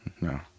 no